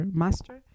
master